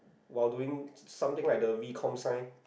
while doing something like the V Comm sign